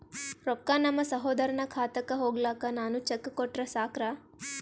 ರೊಕ್ಕ ನಮ್ಮಸಹೋದರನ ಖಾತಕ್ಕ ಹೋಗ್ಲಾಕ್ಕ ನಾನು ಚೆಕ್ ಕೊಟ್ರ ಸಾಕ್ರ?